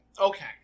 Okay